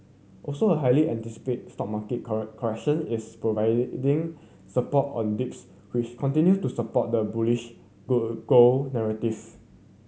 also a highly anticipated stock market correction is providing support on dips which continue to support the bullish go gold narrative